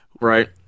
right